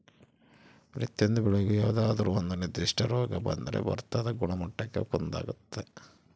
ಪ್ರತಿಯೊಂದು ಬೆಳೆಗೂ ಯಾವುದಾದ್ರೂ ಒಂದು ನಿರ್ಧಿಷ್ಟ ರೋಗ ಬಂದೇ ಬರ್ತದ ಗುಣಮಟ್ಟಕ್ಕ ಕುಂದಾಗುತ್ತ